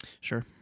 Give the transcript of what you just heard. Sure